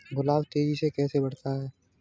गुलाब तेजी से कैसे बढ़ता है?